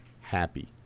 happy